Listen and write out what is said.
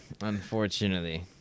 unfortunately